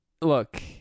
look